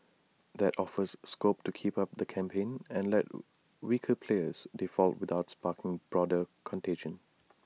that offers scope to keep up the campaign and let weaker players default without sparking broader contagion